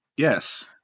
Yes